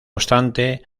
obstante